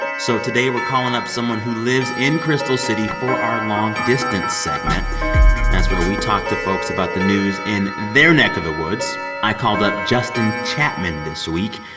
so today, we're calling up someone who lives in crystal city for our long distance segment that's where we talk to folks about the news in their neck of the woods. i called up justin chapman this week.